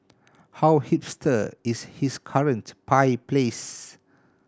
how hipster is his current pie place